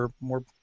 more